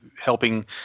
helping